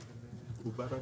פתיחה,